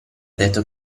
detto